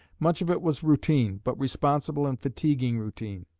much of it was routine, but responsible and fatiguing routine.